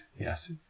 yes